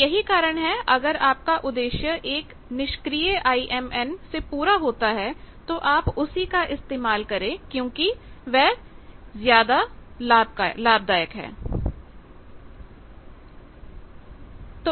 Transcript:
तो यही कारण है कि अगर आपका उद्देश्य एक निष्क्रिय IMN से पूरा होता हो तो आप उसी का इस्तेमाल करें क्योंकि वह ज्यादा लाभदायक होगा